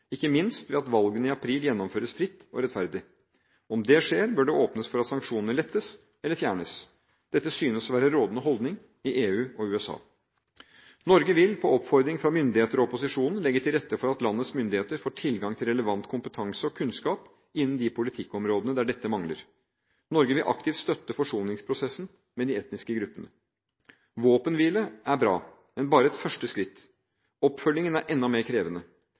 ikke minst ved at valgene i april gjennomføres fritt og rettferdig. Om det skjer, bør det åpnes for at sanksjonene lettes eller fjernes. Dette synes å være rådende holdning i EU og USA. Norge vil – på oppfordring fra myndigheter og opposisjon – legge til rette for at landets myndigheter får tilgang til relevant kompetanse og kunnskap innen de politikkområdene der dette mangler. Norge vil aktivt støtte forsoningsprosessen med de etniske gruppene. Våpenhvile er bra, men bare et første skritt. Oppfølgingen er enda mer krevende.